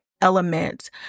element